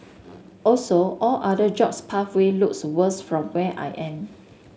also all other jobs pathway looks worse from where I am